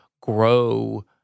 grow